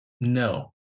No